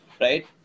right